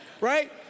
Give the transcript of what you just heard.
right